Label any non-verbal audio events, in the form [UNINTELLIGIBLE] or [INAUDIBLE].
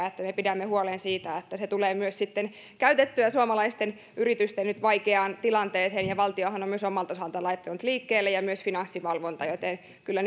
[UNINTELLIGIBLE] että me pidämme huolen siitä että se tulee sitten myös käytettyä suomalaisten yritysten nyt vaikeaan tilanteeseen valtiohan on myös omalta osaltaan laittanut tukea liikkeelle ja myös finanssivalvonta joten kyllä [UNINTELLIGIBLE]